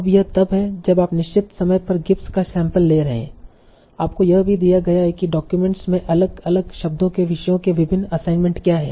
अब यह तब है जब आप निश्चित समय पर गिब्स का सैंपल ले रहे हैं आपको यह भी दिया गया है कि डॉक्यूमेंट में अलग अलग शब्दों के विषयों के विभिन्न असाइनमेंट क्या हैं